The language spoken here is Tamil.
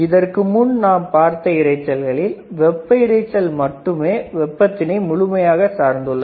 இதற்கு முன் நாம் பார்த்த இரைச்சல்களில் வெப்ப இரைச்சல் மட்டுமே வெப்பத்தினை முழுமையாக சார்ந்து உள்ளது